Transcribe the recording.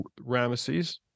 Ramesses